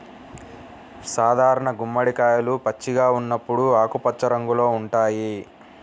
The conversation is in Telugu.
సాధారణ గుమ్మడికాయలు పచ్చిగా ఉన్నప్పుడు ఆకుపచ్చ రంగులో ఉంటాయి